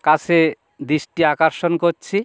কাছে দৃষ্টি আকর্ষণ করছি